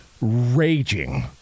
raging